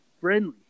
friendly